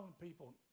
people